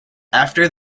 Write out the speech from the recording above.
after